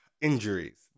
Injuries